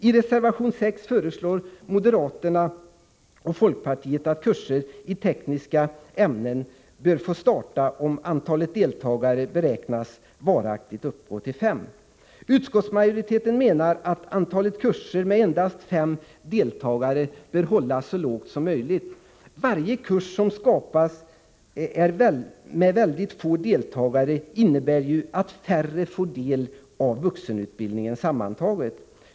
I reservation 6 föreslår moderaterna och folkpartiet att kurser i tekniska ämnen bör få startas om antalet deltagare beräknas varaktigt uppgå till fem. Utskottsmajoriteten menar att antalet kurser med endast fem deltagare bör hållas så lågt som möjligt. Varje kurs som skapas med mycket få deltagare innebär ju att färre får del av vuxenutbildningen sammantaget.